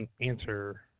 answer